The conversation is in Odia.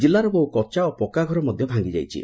ଜିଲ୍ଲାର ବହୁ କଚା ଓ ପକ୍କାଘର ମଧ୍ୟ ଭାଗିଯାଇଛି